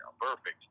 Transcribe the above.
Perfect